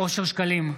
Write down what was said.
אושר שקלים,